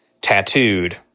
tattooed